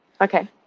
Okay